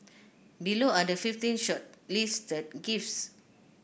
below are the fifteen shortlisted gifts